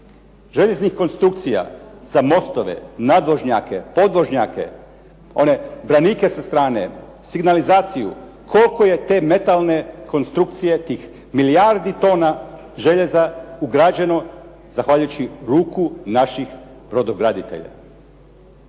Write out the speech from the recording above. željeznih konstrukcija za mostove, nadvožnjake, podvožnjake, one branike sa strane, signalizaciju? Koliko je te metalne konstrukcije, tih milijardi tona željeza ugrađeno zahvaljujući ruku naših brodograditelja?